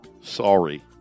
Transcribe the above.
Sorry